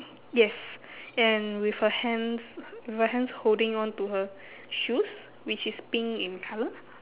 yes and with her hands with her hands holding on to her shoes which is pink in colour